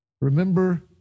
remember